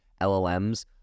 llms